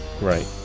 Right